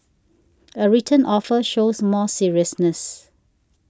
a written offer shows more seriousness